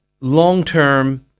long-term